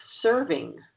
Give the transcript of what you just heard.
serving